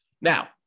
now